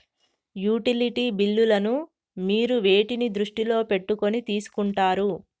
Utility బిల్లులను మీరు వేటిని దృష్టిలో పెట్టుకొని తీసుకుంటారు?